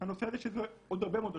לנושא הזה יש עוד הרבה מאוד השפעות,